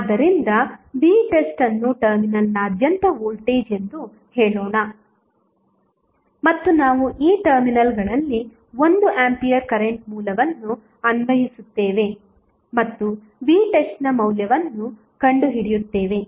ಆದ್ದರಿಂದ vtest ಅನ್ನು ಟರ್ಮಿನಲ್ನಾದ್ಯಂತ ವೋಲ್ಟೇಜ್ ಎಂದು ಹೇಳೋಣ ಮತ್ತು ನಾವು ಈ 2 ಟರ್ಮಿನಲ್ಗಳಲ್ಲಿ 1 ಆಂಪಿಯರ್ ಕರೆಂಟ್ ಮೂಲವನ್ನು ಅನ್ವಯಿಸುತ್ತೇವೆ ಮತ್ತು vtestನ ಮೌಲ್ಯವನ್ನು ಕಂಡುಹಿಡಿಯುತ್ತೇವೆ